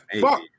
Fuck